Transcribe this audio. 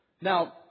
Now